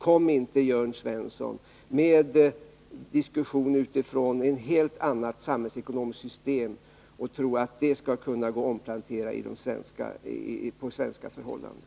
Kom inte, Jörn Svensson, med en diskussion utifrån ett helt annat samhällsekonomiskt system och tro att det skall kunna gå att omplantera på svenska förhållanden!